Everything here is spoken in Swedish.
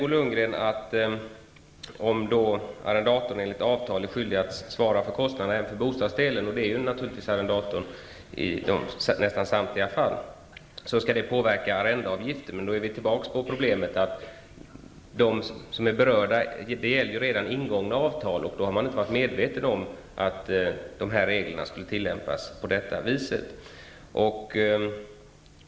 Bo Lundgren sade att om arrendatorn enligt avtal är skyldig att svara för kostnaderna även för bostadsdelen, vilket arrendatorn är i nästan samtliga fall, skall detta påverka arrendeavgiften. Och då kommer man tillbaka till problemet, dvs. att de som är berörda -- det gäller redan ingångna avtal -- har inte varit medvetna om att dessa regler skulle tillämpas på det här viset.